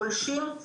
גולשים,